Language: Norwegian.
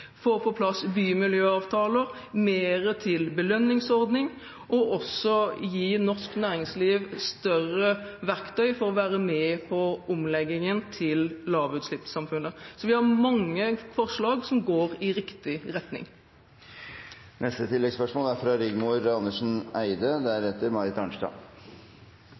på plass bymiljøavtaler, vi gir mer til belønningsordninger, og vi gir også norsk næringsliv større verktøy for å være med på omleggingen til lavutslippssamfunnet. Så vi har mange forslag som går i riktig retning. Rigmor Andersen Eide